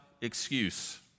excuse